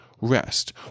rest